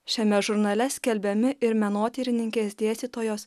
šiame žurnale skelbiami ir menotyrininkės dėstytojos